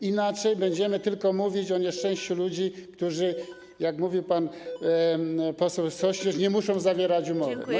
Bez niej będziemy tylko mówić o nieszczęściu ludzi, którzy, jak mówił pan poseł Sośnierz, nie muszą zawierać umowy.